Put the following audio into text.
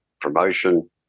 promotion